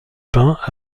peint